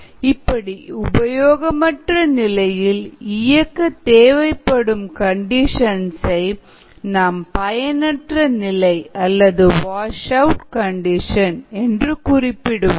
இப்படி உபயோகமற்ற நிலையில் இயக்க தேவைப்படும் கண்டிஷன்ஸ் சை நாம் பயனற்ற நிலை அல்லது வாஷ் அவுட் கண்டிஷன் என்று குறிப்பிடுவோம்